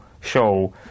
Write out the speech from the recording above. show